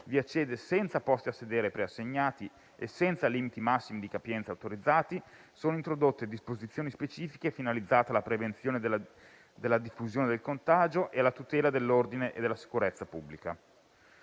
vi accede senza posti a sedere preassegnati e senza limiti massimi di capienza autorizzati, sono introdotte disposizioni specifiche finalizzate alla prevenzione della diffusione del contagio e alla tutela dell'ordine e della sicurezza pubblica.